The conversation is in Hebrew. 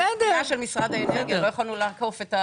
זה של משרד האנרגיה ולא יכולנו לעקוף.